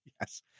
yes